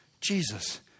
Jesus